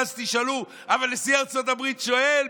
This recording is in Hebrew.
ואז תשאלו: אבל נשיא ארצות הברית שואל,